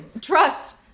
Trust